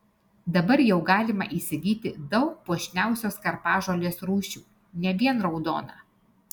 dabar jau galima įsigyti daug puošniausiosios karpažolės rūšių ne vien raudoną